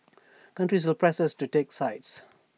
countries will press us to take sides